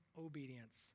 obedience